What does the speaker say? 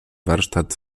warsztat